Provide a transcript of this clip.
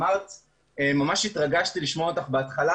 ממש התרגשתי לשמוע אותך בהתחלה